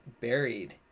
buried